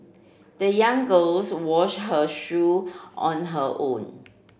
the young girls wash her shoe on her own